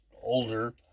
Older